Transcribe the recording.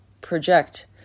project